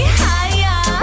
higher